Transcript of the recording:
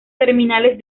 terminales